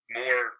more